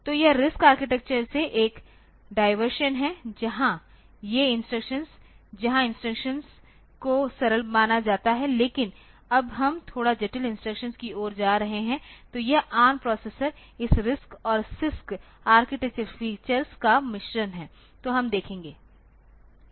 तो यह RISC architecture से एक डायवर्सन है जहाँ ये इंस्ट्रक्शंस जहाँ इंस्ट्रक्शंस को सरल माना जाता है लेकिन अब हम थोड़ा जटिल इंस्ट्रक्शन की ओर जा रहे हैं तो यह ARM प्रोसेसर इस RISC और CISC आर्किटेक्चरल फीचर्स का मिश्रण है तो हम देखेंगे